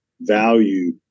value